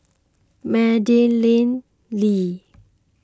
Madeleine Lee